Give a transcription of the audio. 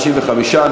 35,